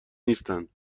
نیستند